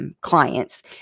Clients